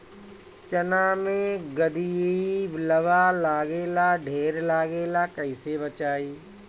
चना मै गधयीलवा लागे ला ढेर लागेला कईसे बचाई?